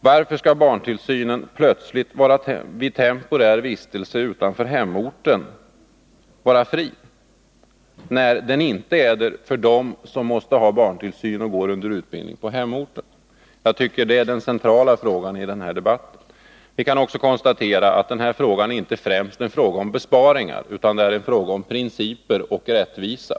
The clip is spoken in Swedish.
Varför skall barntillsynen plötsligt vid temporär vistelse Nr 44 utanför hemorten vara avgiftsfri, när den inte är det för dem som måste ha barntillsyn och går under utbildning på hemorten? Det är den centrala frågan i den här debatten. Vi kan också konstatera att den här frågan inte främst är en fråga om besparingar utan en fråga om principer och rättvisa.